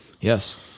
Yes